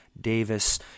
Davis